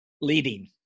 leading